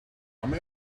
come